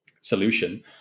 solution